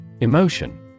Emotion